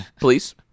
please